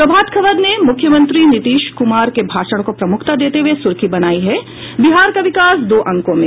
प्रभात खबर ने मुख्यमंत्री नीतीश कुमार के भाषण को प्रमुखता देते हुये सुर्खी बनायी है बिहार का विकास दो अंकों में